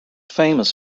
famous